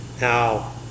Now